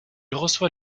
reçoit